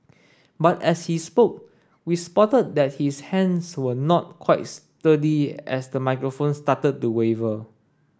but as he spoke we spotted that his hands were not quite sturdy as the microphone started to waver